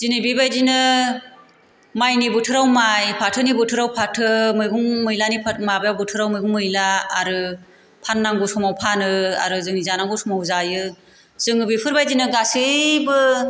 दिनै बेबायदिनो माइनि बोथोराव माइ फाथोनि बोथोराव फाथो मैगं मैलानि फाट माबायाव बोथोराव मैगं मैलानि आरो फाननांगौ समाव फानो आरो जोंनि जानांगौ समाव जायो जोङो बेफोरबायदिनो गासैबो